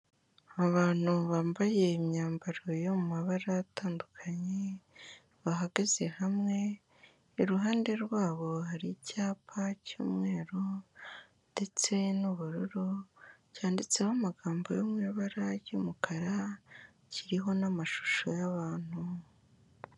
Abantu bambaye imyambaro yo mu mabara atandukanye bahagaze hamwe, iruhande rwabo hari icyapa cy'umweru ndetse n'ubururu, cyanditseho amagambo yo mu ibara ry'umukara kiriho n'amashusho y'abantu.